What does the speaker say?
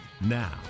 Now